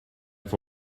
for